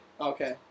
Okay